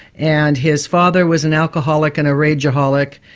and his father was an alcoholic and a rage-aholic.